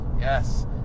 Yes